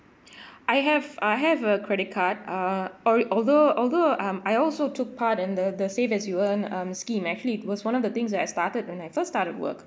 I have I have a credit card uh al~ although although um I also took part in the the save as you earn um scheme actually it was one of the things that I started when I first started work